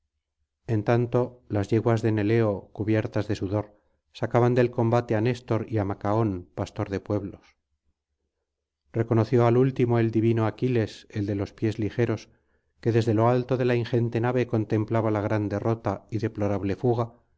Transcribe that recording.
en tanto las yeguas de neleo cubiertas de sudor sacaban del combate á néstor y á macaón pastor de pueblos reconoció al último el divino aquiles el de los pies ligeros que desde lo alto de la ingente nave contemplaba la gran derrota y deplorable fuga